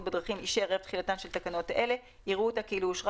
בדרכים אישר ערב תחילתן של תקנות אלה יראו אותה כאילו אושרה